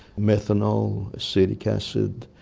methanol, acetic acid,